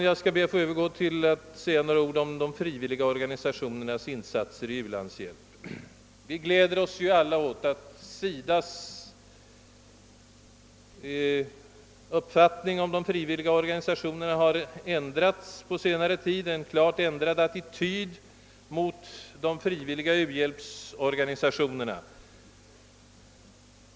Jag skall be att också få säga några ord om de frivilliga organisationernas insatser i u-landshjälpen. Vi gläder oss alla åt att SIDA:s attityd till de frivilliga organisationerna på senare tid har undergått en positiv förändring.